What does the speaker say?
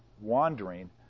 wandering